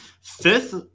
Fifth